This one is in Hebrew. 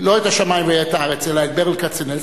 לא את השמים והארץ אלא את ברל כצנלסון,